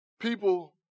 People